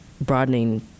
broadening